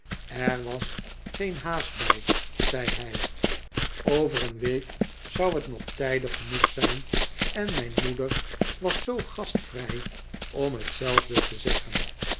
er was geen haast bij zei hij over een week zou het nog tijdig genoeg zijn en zijn moeder was zoo gastvrij om hetzelfde te zeggen